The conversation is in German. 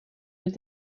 mit